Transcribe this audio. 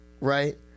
right